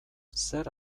zer